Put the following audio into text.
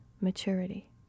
maturity